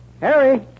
Harry